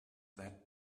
that